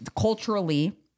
culturally